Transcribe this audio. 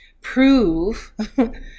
prove